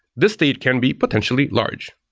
this state can be potentially large.